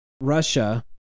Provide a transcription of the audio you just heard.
Russia